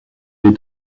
est